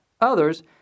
Others